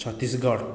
Chhattisgarh